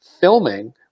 filming